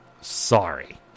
Sorry